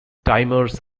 timers